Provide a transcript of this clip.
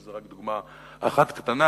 שהיא רק דוגמה אחת קטנה,